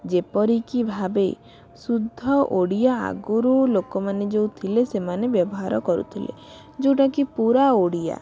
ଯେପରିକି ଭାବେ ସୁଧ୍ୟ ଓଡ଼ିଆ ଆଗରୁ ଲୋକମାନେ ଯେଉଁ ଥିଲେ ସେମାନେ ବ୍ୟବହାର କରୁଥିଲେ ଯେଉଁଟାକି ପୁରା ଓଡ଼ିଆ